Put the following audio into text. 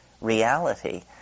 reality